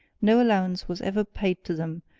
no allowance was ever paid to them,